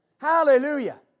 Hallelujah